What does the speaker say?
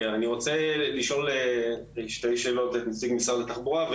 אני רוצה לשאול את נציג משרד התחבורה שתי